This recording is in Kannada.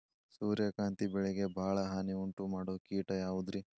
ಸೂರ್ಯಕಾಂತಿ ಬೆಳೆಗೆ ಭಾಳ ಹಾನಿ ಉಂಟು ಮಾಡೋ ಕೇಟ ಯಾವುದ್ರೇ?